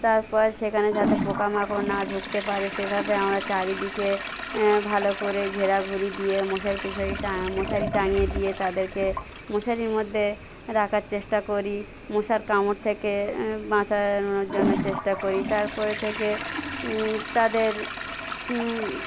তারপর সেখানে যাতে পোকামাকড় না ঢুকতে পারে সেভাবে আমরা চারিদিকে ভালো করে ঘেরাঘুরি দিয়ে মশারি টশারি মশারি টাঙিয়ে দিয়ে তাদেরকে মশারির মধ্যে রাখার চেষ্টা করি মশার কামড় থেকে বাঁচানোর জন্য চেষ্টা করি তারপরে থেকে তাদের